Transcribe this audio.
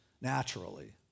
naturally